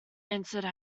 answered